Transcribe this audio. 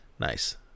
nice